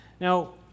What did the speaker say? Now